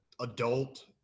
adult